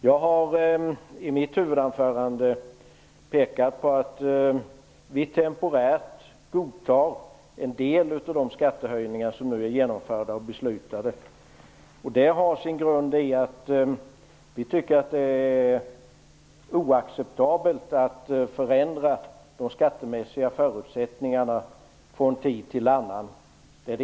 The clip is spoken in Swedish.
Jag har i mitt huvudanförande pekat på att vi temporärt godtar en del av de skattehöjningar som nu är beslutade och genomförda. Det har sin grund för det första i att vi tycker att det är oacceptabelt att förändra de skattemässiga förutsättningarna från tid till annan.